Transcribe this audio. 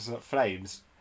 flames